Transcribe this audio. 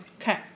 Okay